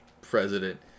president